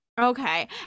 Okay